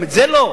גם את זה לא?